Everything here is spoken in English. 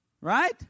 Right